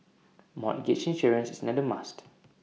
mortgage insurance is another must